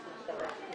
12:37.